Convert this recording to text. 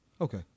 okay